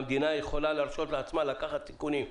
המדינה יכולה להרשות לעצמה לקחת סיכונים.